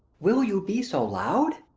will you be so loud?